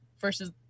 versus